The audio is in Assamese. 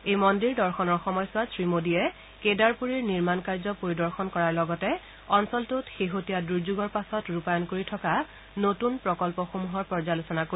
এই মন্দিৰ দৰ্শনৰ সময়ছোৱাত শ্ৰীমোডীয়ে কেডাৰপুৰিৰ নিৰ্মাণকাৰ্য পৰিদৰ্শন কৰাৰ লগতে অঞ্চলটোত শেহতীয়া দুৰ্যোগৰ পাছত ৰূপায়ণ কৰি থকা নতুন প্ৰকল্পসমূহৰ পৰ্যালোচনা কৰিব